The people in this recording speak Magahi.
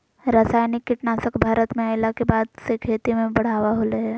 रासायनिक कीटनासक भारत में अइला के बाद से खेती में बढ़ावा होलय हें